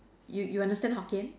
you you understand Hokkien